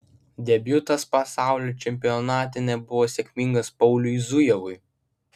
debiutas pasaulio čempionate nebuvo sėkmingas pauliui zujevui